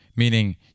meaning